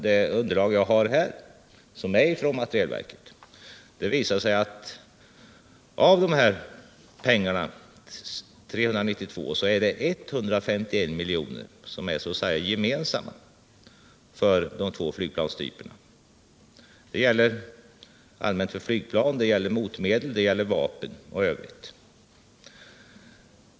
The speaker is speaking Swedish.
Det underlag jag här har och som kommer från materielverket visar att av dessa 310 milj.kr. är det 151 milj.kr. som är så att säga gemensamma för de två flygplanstyperna. Det gäller allmänt för flygplan, det gäller motmedel, det gäller vapen och övrigt.